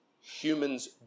humans